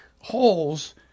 holes